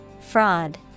Fraud